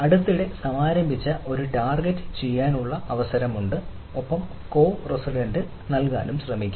അടുത്തിടെ സമാരംഭിച്ച ഒരു ടാർഗെറ്റ് ചെയ്യാനുള്ള അവസരമുണ്ട് ഒപ്പം കോ റെസിഡൻസിക്ക് ശ്രമിക്കുക